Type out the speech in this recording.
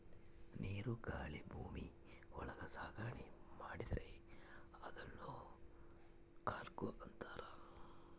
ನೀರು ಗಾಳಿ ಭೂಮಿ ಒಳಗ ಸಾಗಣೆ ಮಾಡಿದ್ರೆ ಅದುನ್ ಕಾರ್ಗೋ ಅಂತಾರ